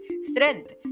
strength